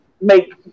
make